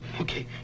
Okay